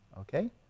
Okay